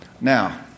Now